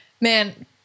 Man